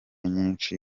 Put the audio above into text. nyinshi